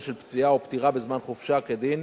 של פציעה או פטירה בזמן חופשה כדין,